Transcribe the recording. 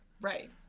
Right